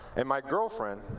and my girlfriend,